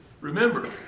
Remember